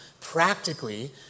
practically